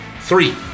three